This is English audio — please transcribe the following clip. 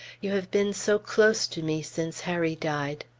you have been so close to me since harry died!